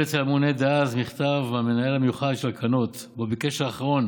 אצל הממונה דאז מכתב מהמנהל המיוחד של הקרנות ובו ביקש האחרון